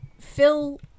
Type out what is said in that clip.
Phil